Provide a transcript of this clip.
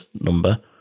number